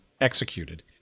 executed